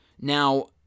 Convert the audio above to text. Now